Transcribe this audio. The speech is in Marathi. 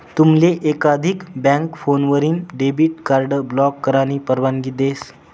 तुमले एकाधिक बँक फोनवरीन डेबिट कार्ड ब्लॉक करानी परवानगी देस